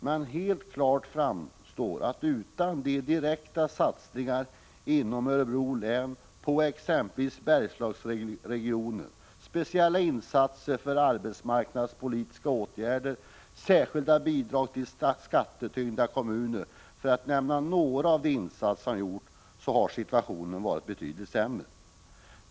Men helt klart framstår att utan den direkta satsningen på Bergslagsregionen, speciella insatser för arbetsmarknadspolitiska åtgärder och särskilda bidrag till skattetyngda kommuner, för att nämna några av de insatser som gjorts, hade situationen i Örebro län varit betydligt sämre.